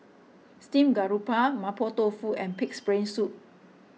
Steamed Garoupa Mapo Tofu and Pig's Brain Soup